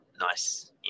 nice